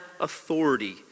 authority